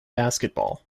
basketball